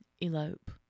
Elope